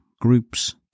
groups